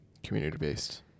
Community-based